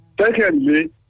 Secondly